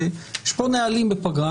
יש פה נהלים בפגרה,